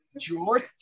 George